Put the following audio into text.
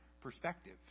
perspective